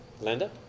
Linda